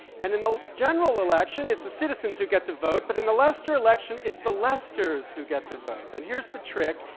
and in the general election, it's the citizens who get to vote, but in the lester election, it's the lesters who get to vote. and here's the trick.